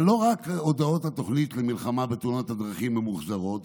אבל לא רק הודעות לתוכנית למלחמה בתאונות הדרכים ממוחזרות,